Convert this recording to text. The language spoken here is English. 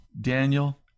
Daniel